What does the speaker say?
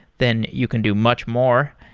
then you can do much more.